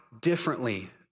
differently